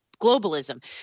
globalism